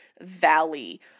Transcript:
valley